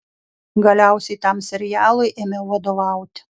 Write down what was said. galiausiai tam serialui ėmiau vadovauti